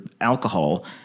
alcohol